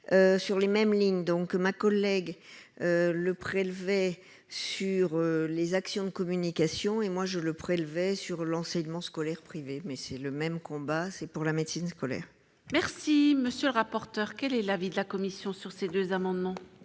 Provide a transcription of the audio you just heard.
sur les mêmes lignes, donc ma collègue le prélevée sur les actions de communication et moi je le prélever sur l'enseignement scolaire privé mais c'est le même combat, c'est pour la médecine scolaire. Merci, monsieur le rapporteur, quel est l'avis de la commission sur ces deux amendements.